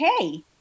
okay